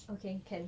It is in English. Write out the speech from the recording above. okay can